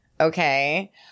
Okay